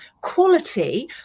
quality